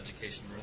education